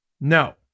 no